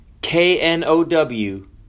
k-n-o-w